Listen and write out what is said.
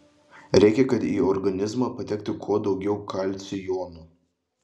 reikia kad į organizmą patektų kuo daugiau kalcio jonų